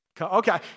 Okay